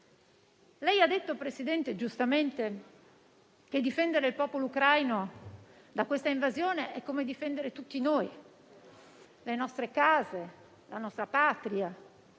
Lei ha detto giustamente, Presidente, che difendere il popolo ucraino da questa invasione è come difendere tutti noi, le nostre case, la nostra Patria,